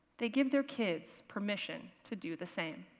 they give their kids permission to do the same.